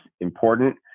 important